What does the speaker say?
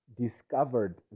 discovered